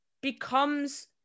becomes